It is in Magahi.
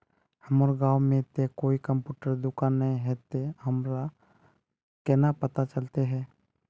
हमर गाँव में ते कोई कंप्यूटर दुकान ने है ते हमरा केना पता चलते है?